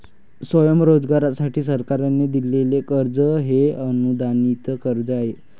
स्वयंरोजगारासाठी सरकारने दिलेले कर्ज हे अनुदानित कर्ज आहे